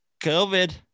COVID